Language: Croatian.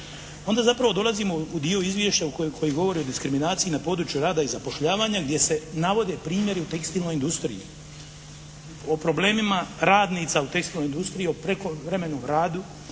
Onda zapravo dolazimo u dio izvješća koji govori o diskriminaciji na području rada i zapošljavanja gdje se navode primjeri u tekstilnoj industriji, o problemima radnica u tekstilnoj radnica o prekovremenom radu,